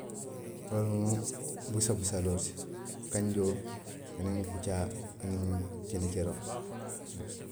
Wo lemu busabusaloo ti, kanjoo aniŋ kuccaa aniŋ kini keroo